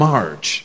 March